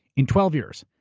in twelve years.